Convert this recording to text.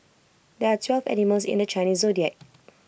there are twelve animals in the Chinese Zodiac